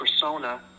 persona